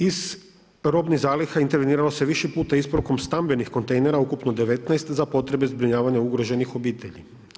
Iz robnih zaliha interveniralo se više puta isporukom stambenih kontejnera ukupno 19 za potrebe zbrinjavanja ugroženih obitelji.